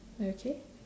okay